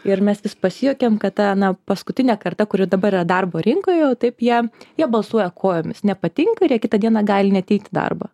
ir mes vis pasijuokiam kad ta na paskutinė karta kuri dabar yra darbo rinkoje jau taip jie jie balsuoja kojomis nepatinka ir jie kitą dieną gali neateit į darbą